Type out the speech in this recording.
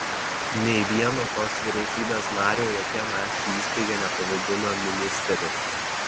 nei vieno tos vyriausybės nario jokia nacių įstaiga nepavadino ministeriu